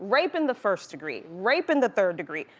rape in the first degree, rape in the third degree,